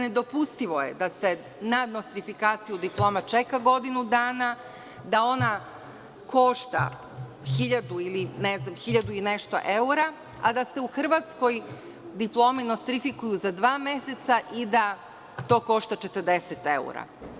Nedopustivo je da se na nostrifikaciju diploma čeka godinu dana, da ona košta hiljadu ili hiljadu i nešto evra, a da se u Hrvatskoj diplome nostrifikuju za dva meseca i da to košta 40 evra.